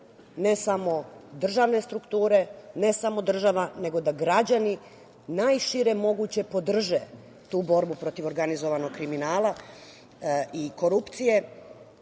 ne samo državne strukture, ne samo država, nego da građani najšire moguće podrže tu borbu protiv organizovanog kriminala i korupcije.